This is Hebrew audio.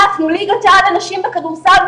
ליגת העל לנשים בכדורסל,